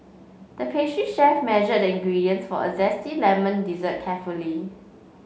the pastry chef measured the ingredients for a zesty lemon dessert carefully